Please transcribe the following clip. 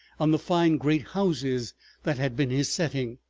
on the fine great houses that had been his setting,